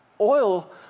oil